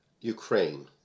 Ukraine